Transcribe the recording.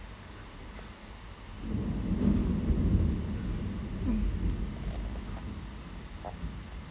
mm